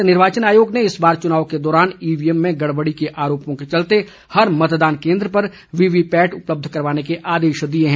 भारत निर्वाचन आयोग ने इस बार चुनाव के दौरान ईवीएम में गडबडी के आरोपों के चलते हर मतदान केंद्र पर वीवीपैट उपलब्ध करवाने कई आदेश दिए हैं